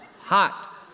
Hot